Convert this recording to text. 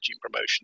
promotion